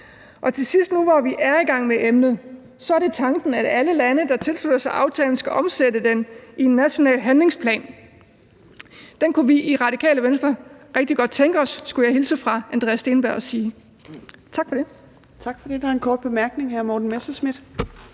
Til sidst nu, hvor vi er i gang med emnet, vil jeg sige, at det er tanken, at alle lande, der tilslutter sig aftalen, skal omsætte den i en national handlingsplan. Den kunne vi i Radikale Venstre rigtig godt tænke os, skulle jeg hilse fra Andreas Steenberg og sige. Tak for det.